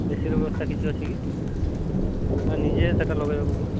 ଏସିର ବ୍ୟବସ୍ଥା କିଛି ଅଛି କି ନା ନିଜେ ସେଟା ଲଗେଇବାକୁ